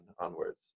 onwards